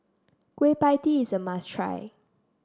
Kueh Pie Tee is a must try